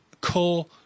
core